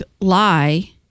lie